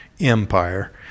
empire